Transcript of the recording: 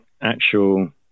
actual